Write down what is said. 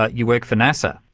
ah you work for nasa,